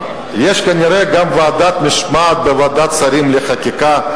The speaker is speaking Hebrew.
יש כנראה גם ועדת משמעת בוועדת השרים לחקיקה,